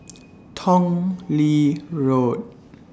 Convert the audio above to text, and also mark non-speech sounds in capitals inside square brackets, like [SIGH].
[NOISE] Tong Lee Road